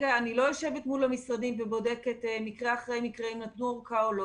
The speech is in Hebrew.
אני לא יושבת מול המשרדים ובודקת מקרה אחרי מקרה אם נתנו אורכה או לא.